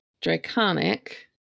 Draconic